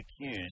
accused